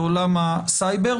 בעולם הסייבר,